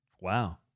Wow